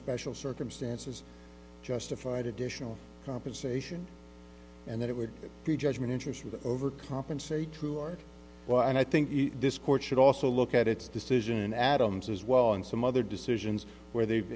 special circumstances justified additional compensation and that it would be judgment interest of the overcompensate to art and i think this court should also look at its decision adams as well as some other decisions where they've